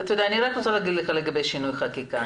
אני רוצה לומר לך לגבי שינוי חקיקה.